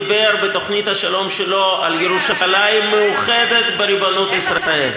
דיבר בתוכנית השלום שלו על ירושלים מאוחדת בריבונות ישראל.